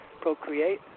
procreate